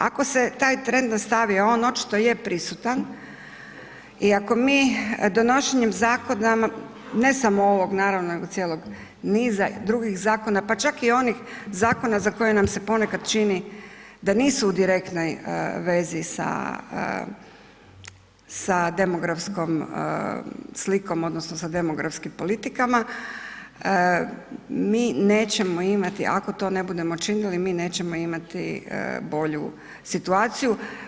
Ako se taj trend nastavi, a on očito je prisutan i ako mi donošenjem zakona, ne samo ovog naravno nego cijelog niza drugih zakona, pa čak i onih zakona za koje nam se ponekad čini da nisu u direktnoj vezi sa, sa demografskom slikom odnosno sa demografskim politikama mi nećemo imati, ako to ne budemo činili, mi nećemo imati bolju situaciju.